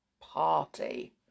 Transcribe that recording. party